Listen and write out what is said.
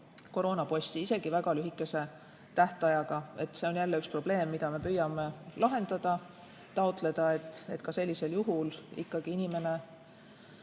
koroonapassi isegi väga lühikese tähtajaga. See on jälle üks probleem, mida me püüame lahendada ja taotleda, et sellisel juhul inimene